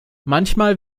manchmal